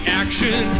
action